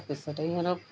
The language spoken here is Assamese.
তাৰপিছতে ইহঁতক